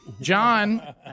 John